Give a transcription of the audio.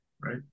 right